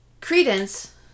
Credence